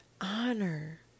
honor